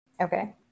Okay